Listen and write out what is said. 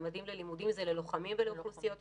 "ממדים ללימודים" זה ללוחמים ולאוכלוסיות ייחודיות.